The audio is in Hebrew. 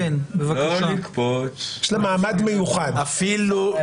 כי היא שפה רשמית מבחינתנו במדינת ישראל.